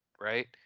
right